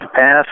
pass